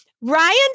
Ryan